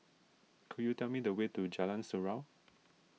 could you tell me the way to Jalan Surau